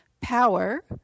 power